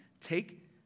Take